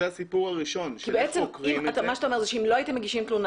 אתה אומר שאם לא הייתם מגישים תלונה